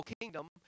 kingdom